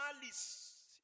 malice